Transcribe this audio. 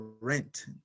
rent